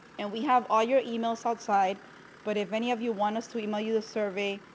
and we have all your emails outside but if any of you want us to email you the survey,